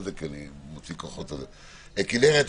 כנרת,